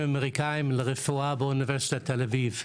אמריקאים לרפואה באוניברסיטת תל אביב.